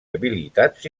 habilitats